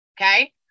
Okay